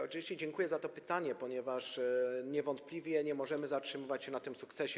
Oczywiście dziękuję za to pytanie, ponieważ niewątpliwie nie możemy zatrzymywać się na tym sukcesie.